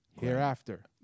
Hereafter